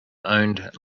owned